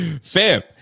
Fam